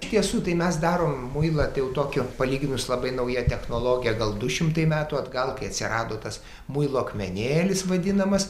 iš tiesų tai mes darom muilą tai jau tokiu palyginus labai nauja technologija gal du šimtai metų atgal kai atsirado tas muilo akmenėlis vadinamas